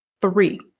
Three